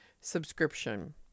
subscription